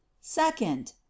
second